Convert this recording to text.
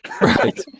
Right